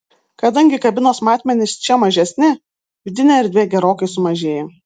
kadangi kabinos matmenys čia mažesni vidinė erdvė gerokai sumažėja